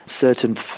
certain